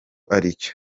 aricyo